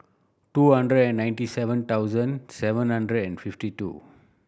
two hundred and ninety seven thousand seven hundred and fifty two